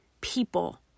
people